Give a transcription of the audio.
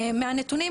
מהנתונים,